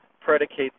predicate